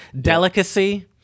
delicacy